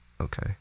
Okay